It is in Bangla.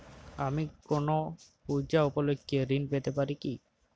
আমি কোনো পূজা উপলক্ষ্যে ঋন পেতে পারি কি?